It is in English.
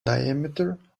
diameter